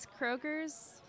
Kroger's